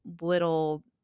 little